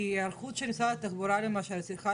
כי ההיערכות של משרד התחבורה למשל צריכה